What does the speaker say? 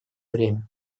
время